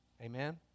Amen